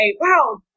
Wow